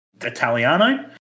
Italiano